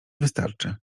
wystarczy